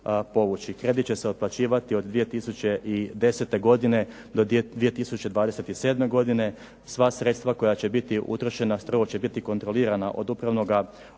Kredit će se otplaćivati od 2010. godine do 2027. godine. Sva sredstva koja će biti utrošena strogo će biti kontrolirana od Upravnoga odbora